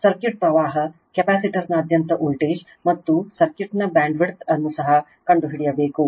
circuit ಪ್ರವಾಹ ಕೆಪಾಸಿಟರ್ನಾದ್ಯಂತ voltage ಮತ್ತು ಸರ್ಕ್ಯೂಟ್ನ ಬ್ಯಾಂಡ್ವಿಡ್ತ್ ಅನ್ನು ಸಹ ಕಂಡು ಹಿಡಿಯಬೇಕು